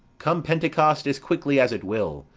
come pentecost as quickly as it will,